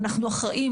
אנחנו אחראים,